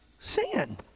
sin